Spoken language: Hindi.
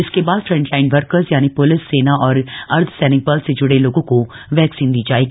इसके बाद फ्रंटलाइन वर्कर्स यानि पुलिस सेना और अर्धसैनिक बल से जुड़े लोगों को वैक्सीन दी जाएगी